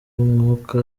umwuka